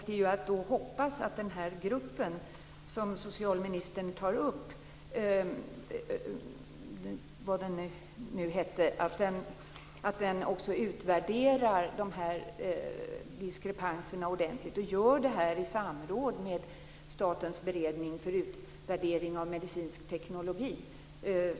Det är då att hoppas att den grupp som socialministern tar upp, vad den nu hette, också utvärderar diskrepanserna ordentligt och gör det i samråd med Statens beredning för utvärdering av medicinsk teknologi.